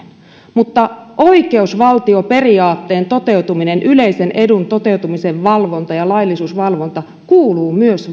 mutta oikeusvaltioperiaatteen toteutuminen yleisen edun toteutumisen valvonta ja laillisuusvalvonta kuuluu myös